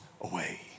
away